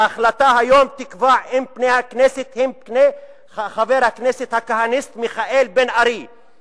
ההחלטה היום תקבע אם פני הכנסת הם פני חבר הכנסת הכהניסט מיכאל בן-ארי,